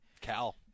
Cal